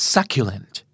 Succulent